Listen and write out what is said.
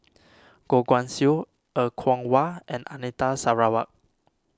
Goh Guan Siew Er Kwong Wah and Anita Sarawak